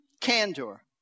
candor